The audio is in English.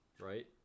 Right